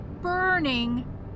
burning